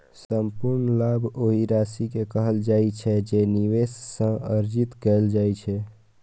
संपूर्ण लाभ ओहि राशि कें कहल जाइ छै, जे निवेश सं अर्जित कैल जाइ छै